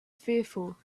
fearful